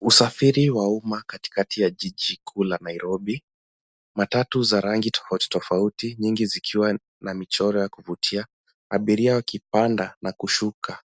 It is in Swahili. Usafiri wa uma katikati ya jiji kuu la Nairobi. Matatu za rangi tofauti tofauti nyingi zikiwa na michoro ya kuvutia. Abiria wakipanda na kushuka